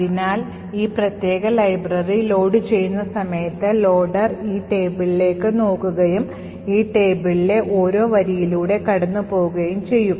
അതിനാൽ ഈ പ്രത്യേക ലൈബ്രറി ലോഡുചെയ്യുന്ന സമയത്ത് ലോഡർ ഈ പട്ടികയിലേക്ക് നോക്കുകയും ഈ പട്ടികയിലെ ഓരോ വരിയിലൂടെയും കടന്നു പോകുകയും ചെയ്യും